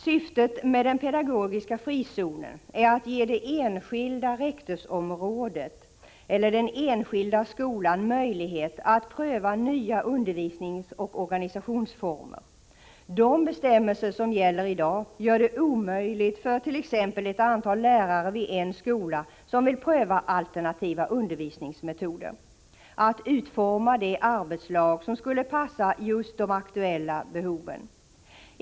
Syftet med den pedagogiska frizonen är att ge det enskilda rektorsområdet eller den enskilda skolan möjlighet att pröva nya undervisningsoch organisationsformer. De bestämmelser som gäller i dag gör det omöjligt för t.ex. ett antal lärare vid en skola som vill pröva alternativa undervisningsmetoder att utforma det arbetslag som skulle passa just för de aktuella behoven.